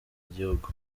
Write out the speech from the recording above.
igihugu